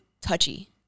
touchy